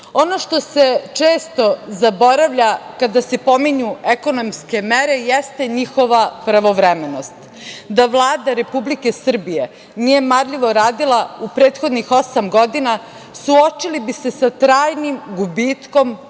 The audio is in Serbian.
što se često zaboravlja kada se pominju ekonomske mere jeste njihova pravovremenost, da Vlada Republike Srbije nije marljivo radila u prethodnih osam godina suočili bi se sa trajnim gubitkom